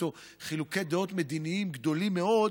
מישהו חילוקי דעות מדיניים גדולים מאוד,